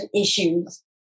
issues